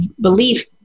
Belief